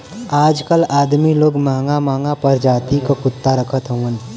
आजकल अदमी लोग महंगा महंगा परजाति क कुत्ता रखत हउवन